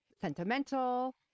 sentimental